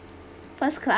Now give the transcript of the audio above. first class